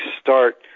start